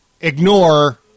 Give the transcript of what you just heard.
ignore